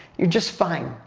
you're just fine.